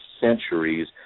centuries